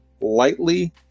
lightly